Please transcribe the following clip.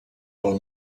pel